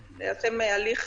יש לי שאלות על הזמנים.